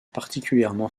particulièrement